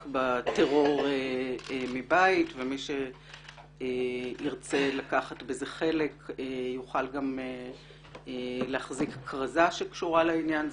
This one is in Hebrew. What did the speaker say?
בטרור מבית ומי שירצה יוכל גם להחזיק כרזה שקשורה לעניין.